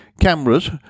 Cameras